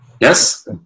Yes